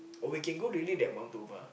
or we can go really that Mount-Toba